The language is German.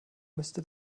müsste